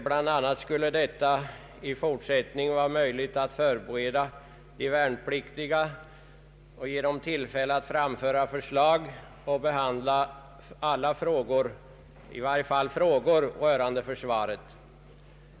Bland annat skall ändamålet i fortsättningen vara att bereda de värnpliktiga tillfälle att framföra förslag och behandla frågor rörande försvaret.